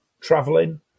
traveling